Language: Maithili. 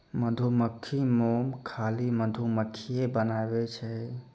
मधुमक्खी मोम खाली मधुमक्खिए बनाबै छै